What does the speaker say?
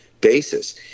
basis